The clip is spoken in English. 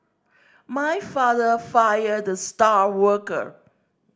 my father fired the star worker